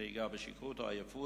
נהיגה בשכרות או עייפות,